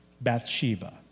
Bathsheba